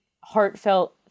heartfelt